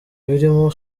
birimo